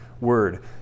word